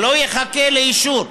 לא יחכה לאישור,